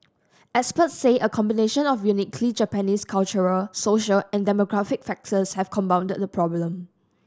expert say a combination of uniquely Japanese cultural social and demographic factors have compounded the problem